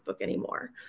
anymore